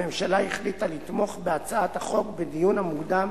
הממשלה החליטה לתמוך בהצעת החוק בדיון המוקדם